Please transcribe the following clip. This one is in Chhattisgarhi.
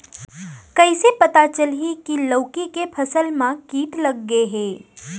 कइसे पता चलही की लौकी के फसल मा किट लग गे हे?